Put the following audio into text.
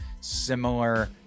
similar